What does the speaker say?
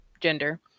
gender